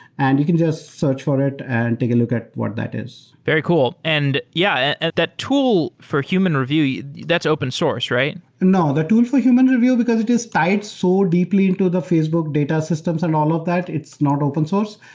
and you can just search for it and take a look at what that is. very cool. and yeah, that tool for human review, that's open source, right? no. the tool for human review, because it is tied so deeply into the facebook data systems and all of that, it's not open source.